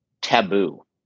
taboo